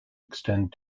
extend